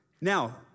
Now